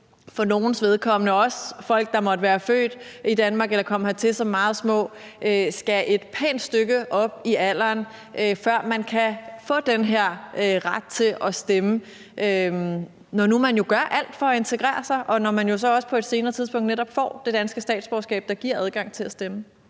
for nogles vedkommende sådan – også for folk, der måtte være født i Danmark eller er kommet hertil som meget små – at man skal et pænt stykke op i alder, før man kan få den her ret til at stemme, altså når nu man gør alt for at integrere sig, og når man så også på et senere tidspunkt netop får det danske statsborgerskab, der giver adgang til at stemme.